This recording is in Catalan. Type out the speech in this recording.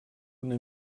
una